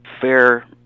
fair